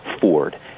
Ford